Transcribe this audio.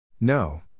No